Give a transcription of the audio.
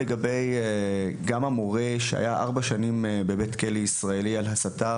לגבי המורה שהיה ארבע שנים בכלא הישראלי על הסתה